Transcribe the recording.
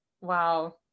wow